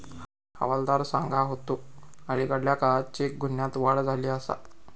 हवालदार सांगा होतो, अलीकडल्या काळात चेक गुन्ह्यांत वाढ झाली आसा